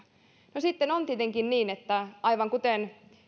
no sitten on tietenkin niin että aivan kuten